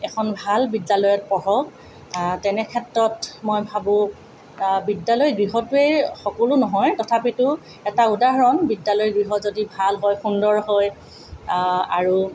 এখন ভাল বিদ্যালয়ত পঢ়ক তেনেক্ষেত্ৰত মই ভাবো বিদ্যালয় গৃহটোৱে সকলো নহয় তথাপিটো এটা উদাহৰণ বিদ্যালয় গৃহ যদি ভাল হয় সুন্দৰ হয় আৰু